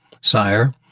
Sire